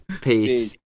peace